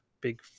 big